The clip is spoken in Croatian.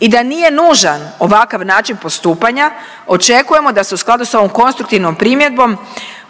i da nije nužan ovakav način postupanja očekujemo da se u skladu sa ovom konstruktivnom primjedbom